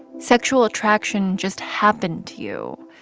sexual attraction just happened to you,